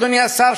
אדוני השר,